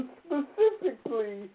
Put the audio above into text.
specifically